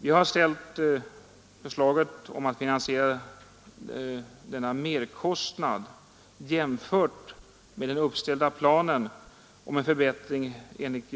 Vi har ställt förslaget om att finansiera denna merkostnad — i jämförelse med den uppställda planen om förbättring enligt